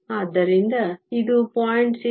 ಆದ್ದರಿಂದ ಇದು 0